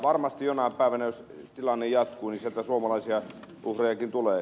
varmasti jonain päivänä jos tilanne jatkuu sieltä suomalaisia uhrejakin tulee